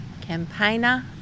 campaigner